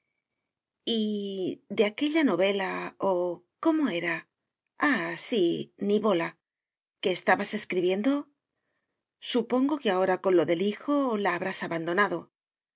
de aquella novela o cómo era ah sí nivola que estabas escribiendo supongo que ahora con lo del hijo la habrás abandonado